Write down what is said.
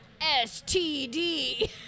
STD